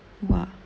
!wah!